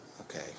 Okay